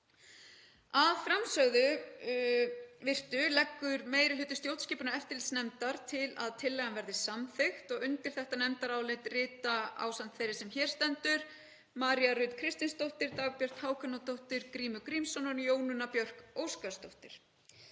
Að framansögðu virtu leggur meiri hluti stjórnskipunar- og eftirlitsnefndar til að tillagan verði samþykkt. Undir þetta nefndarálit rita, ásamt þeirri sem hér stendur, María Rut Kristinsdóttir, Dagbjört Hákonardóttir, Grímur Grímsson og Jónína Björk Óskarsdóttir.